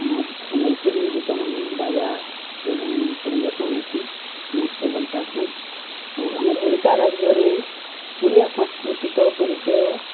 ଆମର୍ ସମ୍ବଲପୁରୀ ଗୀତମାନେ ବାଜାରେ ଯେନ୍ ପରିବେଷଣ ହେସି ସମସ୍ତେ ଭଲ୍ ପାଏସନ୍ ଆଉ ଆମର୍ ଓଡ଼ିଶା ରାଜ୍ୟରେ ଓଡ଼ିଆ ସାଂସ୍କୃତିକ ପରିଚୟ